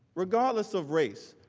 regardless of race,